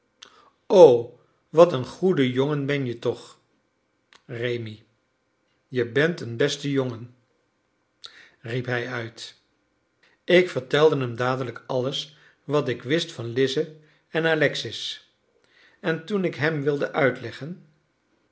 o wat een goede jongen ben je toch rémi je bent een beste jongen riep hij uit ik vertelde hem dadelijk alles wat ik wist van lize en alexis en toen ik hem wilde uitleggen